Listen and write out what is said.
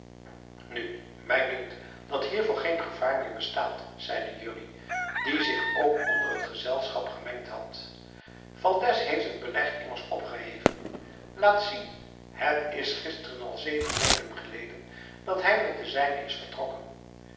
nu mij dunkt dat hiervoor geen gevaar meer bestaat zeide jurrie die zich ook onder het gezelschap gemengd had valdez heeft het beleg immers opgeheven laat zien het is gisteren al zeven weken geleden dat hij met de zijnen is vertrokken